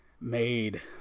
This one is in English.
made